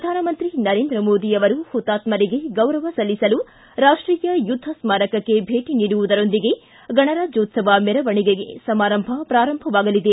ಪ್ರಧಾನಮಂತ್ರಿ ನರೇಂದ್ರ ಮೋದಿ ಅವರು ಹುತಾತ್ನರಿಗೆ ಗೌರವ ಸಲ್ಲಿಸಲು ರಾಷ್ಷೀಯ ಯುದ್ದ ಸ್ಥಾರಕಕ್ಕೆ ಭೇಟಿ ನೀಡುವುದರೊಂದಿಗೆ ಗಣರಾಜ್ಯೋತ್ಸವ ಮೆರವಣೆಗೆ ಸಮಾರಂಭ ಪ್ರಾರಂಭವಾಗಲಿದೆ